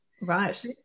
Right